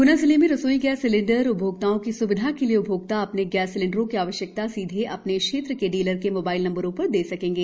ग्ना जिले में रसोई गैस सिलेण्डर उपभोक्ताओं की स्विधा के लिए उपभोक्ता अपने गैस सिलेण्डरों की आवश्यकता सीधे अपने क्षेत्र के डीलर के मोबाईल नंबरों पर भी दे सकेंगे